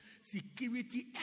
security